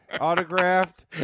autographed